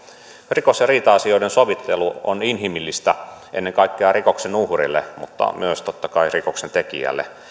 rikos ja riita asioiden sovittelu on inhimillistä ennen kaikkea rikoksen uhrille mutta myös totta kai rikoksen tekijälle